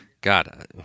God